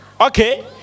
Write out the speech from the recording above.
Okay